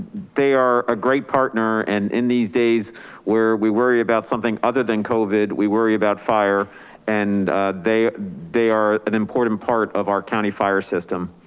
they are a great partner and in these days where we worry about something other than covid, we worry about fire and they they are an important part of our county fire system.